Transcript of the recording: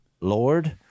Lord